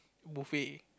buffet